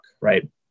right